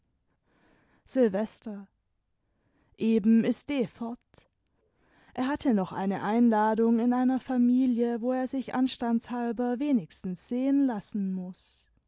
silvester eben ist d fort er hatte nocb eine einladung in einer familie wo er sich anstandshalber wenigstens sehen lassen muß